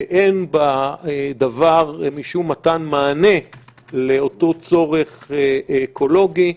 ואין בדבר משום מתן מענה לאותו צורך אקולוגי.